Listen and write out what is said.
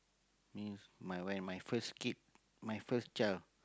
means my wife my first kid my first child